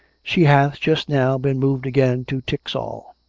she hath just now been moved again to tixall.